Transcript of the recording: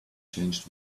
changed